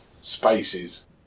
spaces